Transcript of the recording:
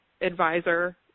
advisor